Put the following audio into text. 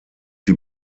die